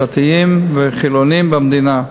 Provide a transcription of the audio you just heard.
דתיים וחילונים במדינה.